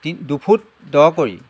তি দুফুট দ কৰি